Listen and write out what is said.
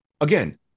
again